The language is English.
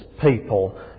people